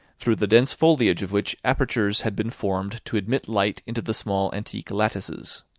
through the dense foliage of which apertures had been formed to admit light into the small antique lattices.